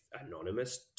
anonymous